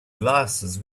glasses